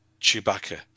Chewbacca